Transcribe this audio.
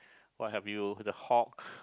what have you the Hulk